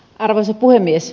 arvoisa puhemies